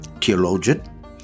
theologian